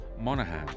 Monaghan